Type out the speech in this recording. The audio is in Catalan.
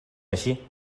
així